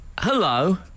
Hello